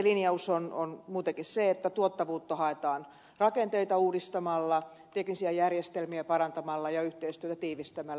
meillähän periaatelinjaus on muutenkin se että tuottavuutta haetaan rakenteita uudistamalla teknisiä järjestelmiä parantamalla ja yhteistyötä tiivistämällä